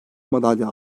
madalya